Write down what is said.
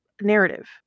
narrative